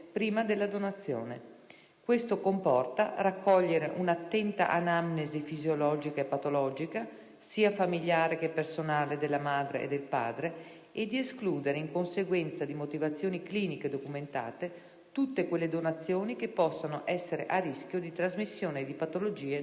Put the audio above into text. Ciò comporta raccogliere un'attenta anamnesi fisiologica e patologica, sia familiare che personale della madre e del padre, ed escludere, in conseguenza di motivazioni cliniche documentate, tutte quelle donazioni che possano essere a rischio di trasmissione di patologie nel potenziale ricevente.